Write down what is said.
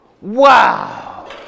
Wow